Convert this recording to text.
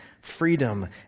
freedom